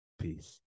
Peace